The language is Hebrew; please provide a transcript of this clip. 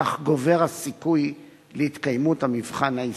כך גובר הסיכוי להתקיימות המבחן ההסתברותי,